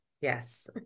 Yes